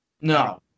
No